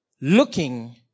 Looking